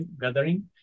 gathering